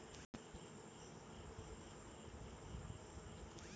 सोना पर ऋण मिलेलु ओपर कतेक के सालाना ब्याज लगे?